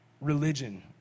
Religion